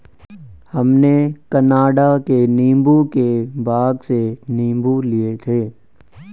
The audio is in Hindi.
हमने कनाडा में नींबू के बाग से नींबू लिए थे